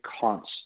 constant